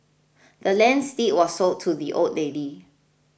the land's deed was sold to the old lady